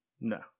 No